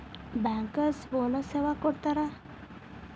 Bankers bonus ಯವಾಗ್ ಕೊಡ್ತಾರ?